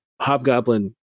Hobgoblin